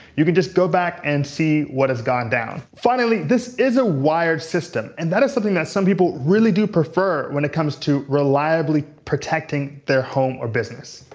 you can just go back and see what has gone down. finally, this is a wired system. and that is something that some people do prefer when it comes to reliably protecting their home or business.